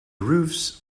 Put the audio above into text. roofs